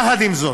יחד עם זאת,